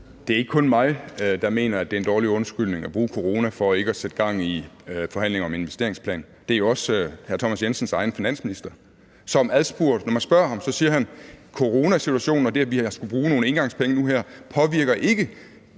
Det er ikke kun mig, der mener, at det er en dårlig undskyldning at bruge coronaen for ikke at sætte gang i forhandlinger om en investeringsplan; det er jo også hr. Thomas Jensens egen finansminister, som, når man spørger ham, siger, at coronasituationen og det, at vi har skullet bruge nogle engangspenge nu her, ikke påvirker de